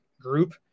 group